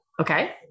okay